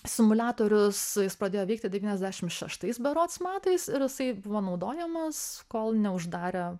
simuliatorius jis pradėjo veikti devyniasdešim šeštais berods matais ir jisai buvo naudojamas kol neuždarė